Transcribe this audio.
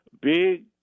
big